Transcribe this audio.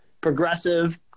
Progressive